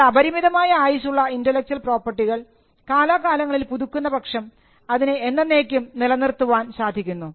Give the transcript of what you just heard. എന്നാൽ അപരിമിതമായ ആയുസ്സുള്ള ഇന്റെലക്ച്വൽ പ്രോപ്പർട്ടികൾ കാലാകാലങ്ങളിൽ പുതുക്കുന്ന പക്ഷം അതിനെ എന്നെന്നേക്കും നിലനിർത്തുവാൻ സാധിക്കുന്നു